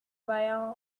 via